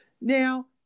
now